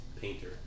painter